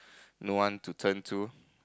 no one to turn to